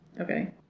Okay